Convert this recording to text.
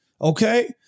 Okay